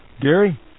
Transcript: Gary